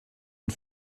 und